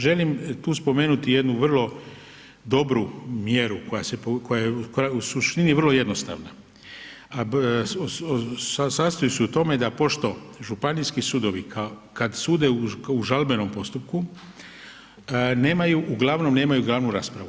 Želim tu spomenuti jednu vrlo dobru mjeru koja se, koja je u suštini vrlo jednostavna, a sastoji se u tome da pošto županijski sudovi kad sude u žalbenom postupku nemaju, uglavnom nemaju glavnu raspravu.